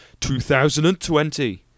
2020